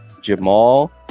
Jamal